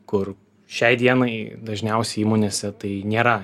kur šiai dienai dažniausiai įmonėse tai nėra